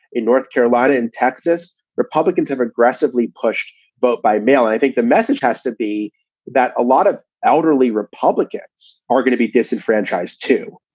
in north carolina and texas, republicans have aggressively pushed vote by mail. i think the message has to be that a lot of elderly republicans are going to be disenfranchised, too,